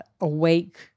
awake